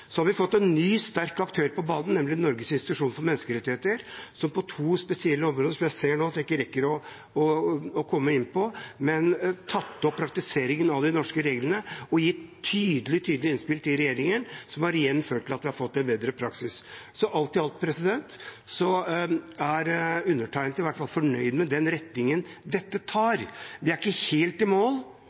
Vi har fått en ny sterk aktør på banen: Norges institusjon for menneskerettigheter, som på to spesielle områder, som jeg ser at jeg ikke rekker å komme inn på nå, har tatt opp praktiseringen av de norske reglene og gitt tydelige innspill til regjeringen, noe som igjen har ført til at vi har fått en bedre praksis. Alt i alt er undertegnede i hvert fall fornøyd med den retningen dette tar. Vi er ikke helt i mål,